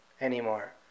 anymore